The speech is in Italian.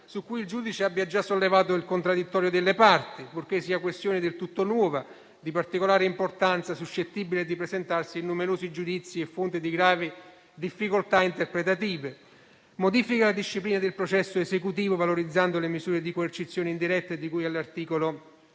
su cui il giudice abbia già sollevato il contraddittorio delle parti, purché sia questione del tutto nuova, di particolare importanza, suscettibile di presentarsi in numerosi giudizi, fonte di gravi difficoltà interpretative. Si modifica la disciplina del processo esecutivo valorizzando le misure di coercizione indiretta e di cui all'articolo 614-*bis*